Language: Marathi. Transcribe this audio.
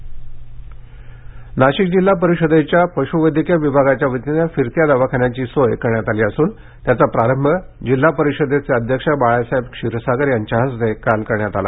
नाशिक पशवैद्यकीय दवाखाना नाशिक जिल्हा परिषदेच्या पशुवैद्यकीय विभागाच्या वतीनं फिरत्या दवाखान्याची सोय करण्यात आली असून त्याचा प्रारंभ जिल्हा परिषदेचे अध्यक्ष बाळासाहेब क्षीरसागर यांच्या हस्ते काल करण्यात आला